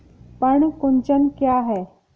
पर्ण कुंचन क्या है?